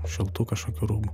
šiltų kažkokių rūbų